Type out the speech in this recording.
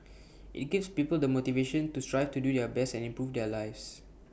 IT gives people the motivation to strive to do their best and improve their lives